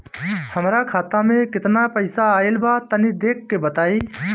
हमार खाता मे केतना पईसा आइल बा तनि देख के बतईब?